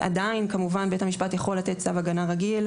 עדיין כמובן בית המשפט יכול לתת צו הגנה רגיל,